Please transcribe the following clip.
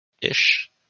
ish